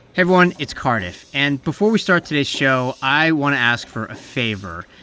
everyone. it's cardiff. and before we start today's show, i want to ask for a favor.